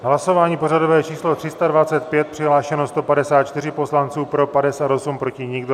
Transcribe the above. Hlasování pořadové číslo 325, přihlášeno 154 poslanců, pro 58, proti nikdo.